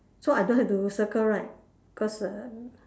so I don't have to circle right cause the